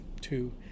two –